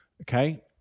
okay